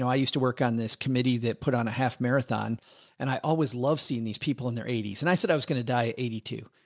i used to work on this committee that put on a half marathon and i always love seeing these people in their eighties. and i said, i was going to die at eighty two.